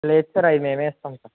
లేద్ సర్ అవి మేమే ఇస్తాం సర్